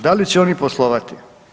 Da li će oni poslovati?